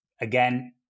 again